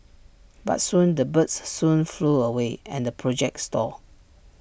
but soon the birds soon flew away and the project stalled